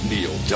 Neil